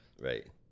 Right